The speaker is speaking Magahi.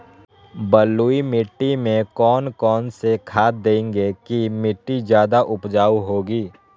बलुई मिट्टी में कौन कौन से खाद देगें की मिट्टी ज्यादा उपजाऊ होगी?